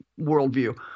worldview